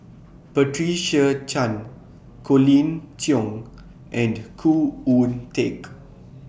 Patricia Chan Colin Cheong and Khoo Oon Teik